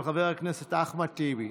של חבר הכנסת אחמד טיבי.